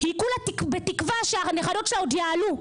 היא כולה בתקווה שהנכדות שלה עוד יעלו,